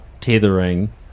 tethering